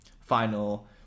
final